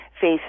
face